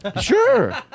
Sure